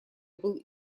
был